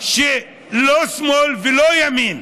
שלא שמאל ולא ימין.